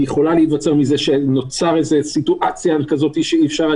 היא יכולה להיווצר מזה שנוצרה סיטואציה שאי-אפשר היה